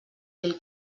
mil